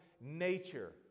nature